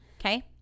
Okay